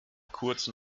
kurzen